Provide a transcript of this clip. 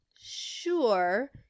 sure